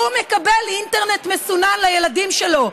מקבל אינטרנט מסונן לילדים שלו,